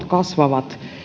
kasvavat